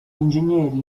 ingegneri